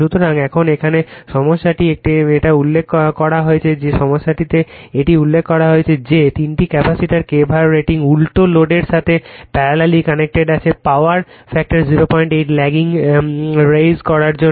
সুতরাং এখন এখানে সমস্যাটিতে এটা উল্লেখ করা হয়েছে যে সমস্যাটিতে এটি উল্লেখ করা হয়েছে যে তিনটি ক্যাপাসিটরের kVAr রেটিং ডেল্টা লোডের সাথে প্যারালালি কানেক্টেড আছে পাওয়ার ফ্যাক্টর 09 ল্যাগিং রেজ করার জন্য